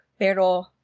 Pero